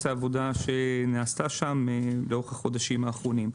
העבודה שנעשתה שם לאורך החודשים האחרונים.